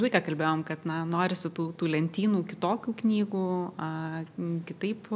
laiką kalbėjom kad na norisi tų tų lentynų kitokių knygų a kitaip